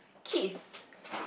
kids